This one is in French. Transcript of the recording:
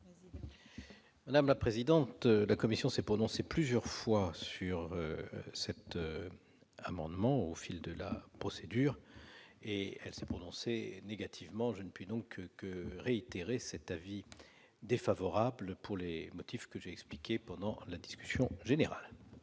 de la commission ? La commission s'est prononcée plusieurs fois sur cet amendement au fil de la procédure, à chaque fois négativement. Je ne puis donc que réitérer cet avis défavorable, pour les motifs que j'ai exposés dans la discussion générale.